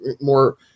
more